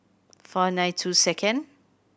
four nine two second